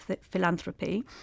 philanthropy